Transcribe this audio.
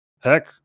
heck